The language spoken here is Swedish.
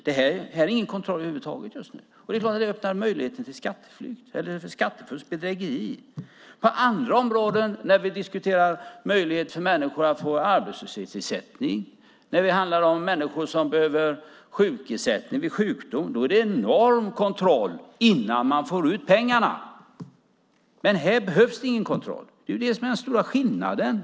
Just nu är det ingen kontroll över huvud taget. Det öppnar naturligtvis möjligheten för skattefusk och bedrägeri. När vi diskuterar möjligheten för människor att få arbetslöshetsersättning och när det handlar om människor som behöver sjukersättning vid sjukdom är det en enorm kontroll innan de får ut pengarna. Här behövs ingen kontroll. Det är den stora skillnaden.